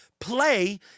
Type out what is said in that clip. play